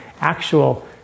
actual